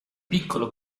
piccolo